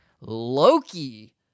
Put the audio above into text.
Loki